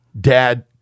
Dad